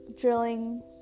drilling